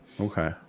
okay